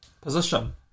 position